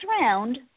round